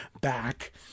back